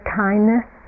kindness